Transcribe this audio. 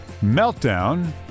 meltdown